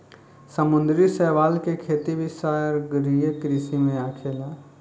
समुंद्री शैवाल के खेती भी सागरीय कृषि में आखेला